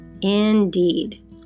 Indeed